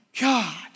God